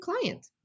client